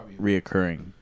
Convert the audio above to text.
reoccurring